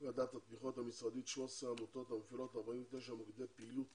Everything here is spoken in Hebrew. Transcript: ועדת התמיכות המשרדית 13 עמותות המפעילות 49 מוקדי פעילות